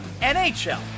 nhl